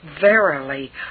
verily